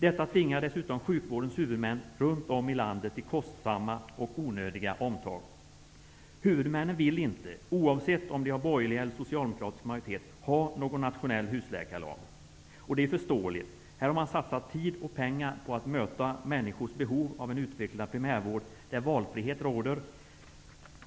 Detta tvingar dessutom sjukvårdens huvudmän runt om i landet till kostsamma och onödiga omgångar. Huvudmännen vill inte, oavsett om de har borgerlig eller socialdemokratisk majoritet, ha någon nationell husläkarlag. Och det är ju förståeligt. Här har man satsat tid och pengar för att möta människors behov av en utvecklad primärvård där valfrihet råder.